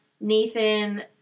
Nathan